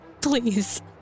Please